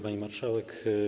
Pani Marszałek!